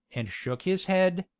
and shook his head,